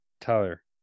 Tyler